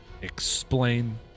explain